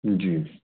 جی